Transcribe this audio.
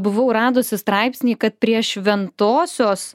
buvau radusi straipsnį kad prie šventosios